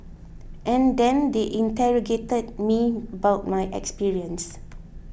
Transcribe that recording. and then they interrogated me about my experience